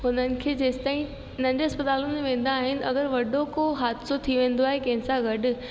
हुननि खे जेसि ताईं नंढे अस्पतालुनि में वेंदा आहिनि अगरि वॾो को हादसो थी वेंदो आहे कंहिंसां गॾु